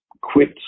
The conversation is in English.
quit